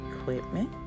equipment